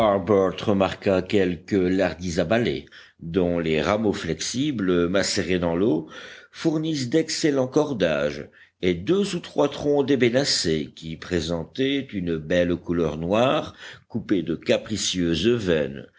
remarqua quelques lardizabalées dont les rameaux flexibles macérés dans l'eau fournissent d'excellents cordages et deux ou trois troncs d'ébénacées qui présentaient une belle couleur noire coupée de capricieuses veines